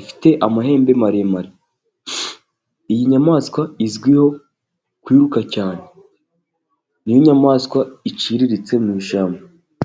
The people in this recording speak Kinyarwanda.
Ifite amahembe maremare. Iyi nyamaswa izwiho kwiruka cyane. Niyo nyamaswa iciriritse mu ishyamba.